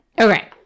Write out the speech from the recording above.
Okay